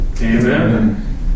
amen